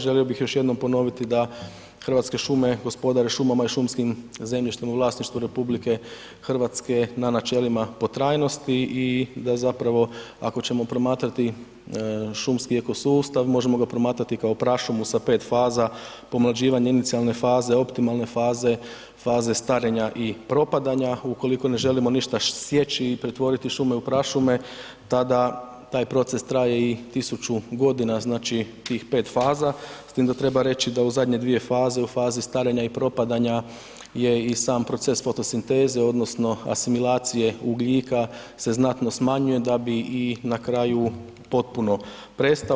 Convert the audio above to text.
Želio bih još jednom ponoviti da Hrvatske šume gospodare šumama i šumskim zemljištem u vlasništvu RH na načelima potrajnosti i da zapravo ako ćemo promatrati šumski ekosustav možemo ga promatrati kao prašumu sa 5 faza, pomlađivanje inicijalne faze, optimalne faze, faze starenja i propadanja ukoliko ne želimo ništa sjeći i pretvoriti šume u prašume, tada taj proces traje i tisuću godina, znači tih 5 faza, s tim da treba reći da u zadnje 2 faze, u fazi starenja i propadanja je i sam proces fotosinteze odnosno asimilacije ugljika se znatno smanjuje da bi i na kraju potpuno prestao.